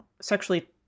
sexually